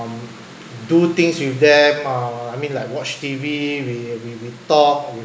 um do things with them uh I mean like watch T_V we we we talk